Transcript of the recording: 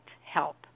help